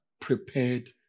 prepared